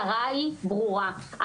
ההתנעה שלו הייתה כבר צריכה להסתיים.